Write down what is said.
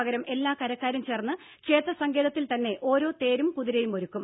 പകരം എല്ലാ കരക്കാരും ചേർന്ന് ക്ഷേത്ര സങ്കേതത്തിൽ തന്നെ ഓരോ തേരും കുതിരയും ഒരുക്കും